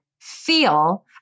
feel